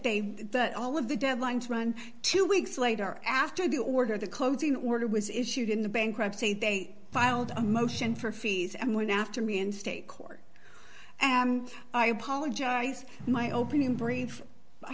they all of the deadlines run two weeks later after the order the coating order was issued in the bankruptcy they filed a motion for fees and went after me in state court and i apologize my opening br